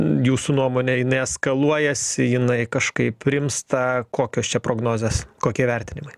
jūsų nuomone jinai eskaluojasi jinai kažkaip rimsta kokios čia prognozės kokie vertinimai